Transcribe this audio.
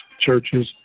churches